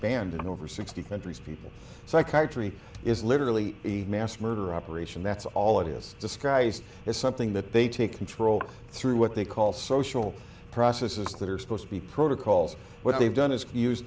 banned in over sixty countries people psychiatry is literally a mass murder operation that's all it is described as something that they take control through what they call social processes that are supposed to be protocols what they've done is use